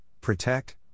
protect